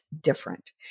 different